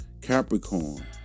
Capricorn